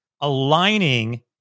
aligning